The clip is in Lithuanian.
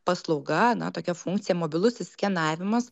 paslauga na tokia funkcija mobilusis skenavimas